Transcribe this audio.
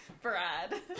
Brad